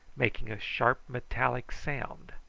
making a sharp metallic sound.